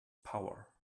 power